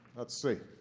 let's see.